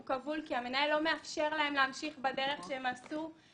הוא כבול כי המנהל לא מאפשר להם להמשיך בדרך שהם עשו.